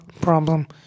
problem